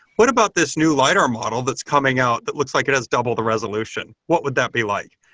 what about this new lidar model that's coming out that looks like it has double the resolution? what would that be like?